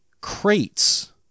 crates